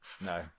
No